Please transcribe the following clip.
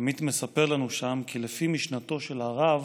עמית מספר לנו שם כי לפי משנתו של הרב,